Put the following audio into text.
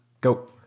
go